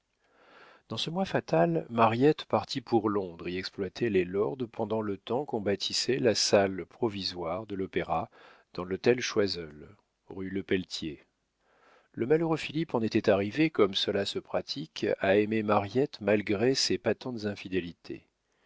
dans ce mois fatal mariette partit pour londres y exploiter les lords pendant le temps qu'on bâtissait la salle provisoire de l'opéra dans l'hôtel choiseul rue lepelletier le malheureux philippe en était arrivé comme cela se pratique à aimer mariette malgré ses patentes infidélités